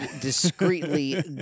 discreetly